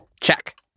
Check